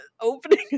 opening